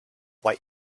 wait